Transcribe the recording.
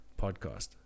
podcast